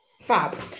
Fab